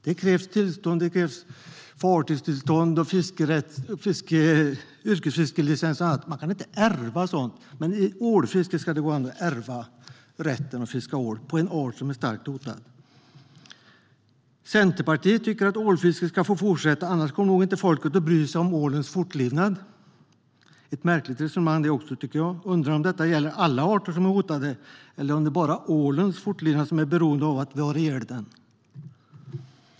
Det krävs tillstånd - fartygstillstånd, yrkesfiskelicens och annat. Man kan inte ärva sådant. Men när det gäller ålfiske ska det gå att ärva rätten att fiska, och dessutom på en art som är starkt hotad. Centerpartiet tycker att ålfisket ska få fortsätta, för annars kommer nog inte folk att bry sig om ålens fortlevnad. Det är också ett märkligt resonemang, tycker jag. Jag undrar om detta gäller alla arter som är hotade eller om det bara är ålens fortlevnad som är beroende av att vi har ihjäl den.